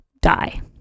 die